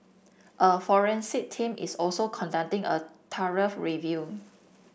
a forensic team is also conducting a thorough review